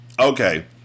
Okay